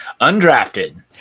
undrafted